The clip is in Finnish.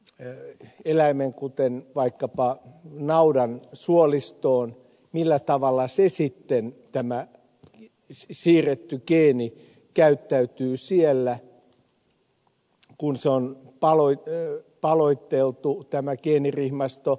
jonkin eläimen kuten vaikkapa naudan suolistoon millä tavalla se siirretty geeni käyttäytyy siellä kun on paloiteltu tämä geenirihmasto